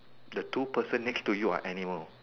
the two person next to you are animal